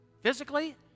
physically